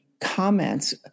comments